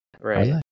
right